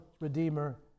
Redeemer